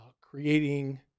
creating